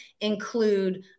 include